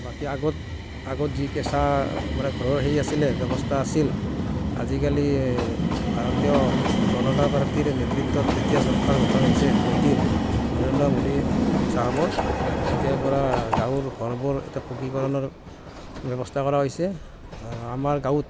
বাকী আগত আগত যি কেঁচা মানে ঘৰৰ হেৰি আছিলে ব্যৱস্থা আছিল আজিকালি ভাৰতীয় জনতা পাৰ্টিৰ নেতৃত্বত যেতিয়া চৰকাৰ গঠন হৈছে মোডীৰ নৰেন্দ্ৰ মোডী চাহাবৰ তেতিয়াৰ পৰা গাঁৱৰ ঘৰবোৰ এতিয়া পকীকৰণৰ ব্যৱস্থা কৰা হৈছে আমাৰ গাঁৱত